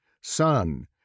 Son